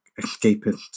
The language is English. escapist